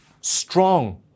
strong